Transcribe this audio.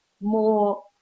more